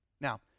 Now